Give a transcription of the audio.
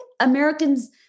Americans